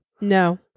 no